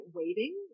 waiting